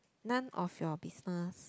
none of your business